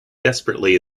desperately